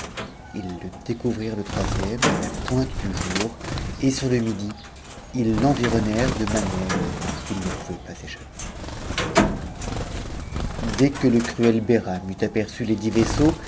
le découvrirent le troisième à la pointe du jour et sur le midi ils l'environnèrent de manière qu'il ne pouvait pas échapper dès que le cruel behram eut aperçu les dix vaisseaux